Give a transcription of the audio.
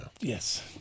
Yes